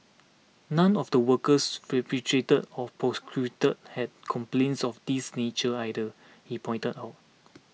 none of the workers repatriated or prosecuted had complaints of this nature either he pointed out